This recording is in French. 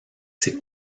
ses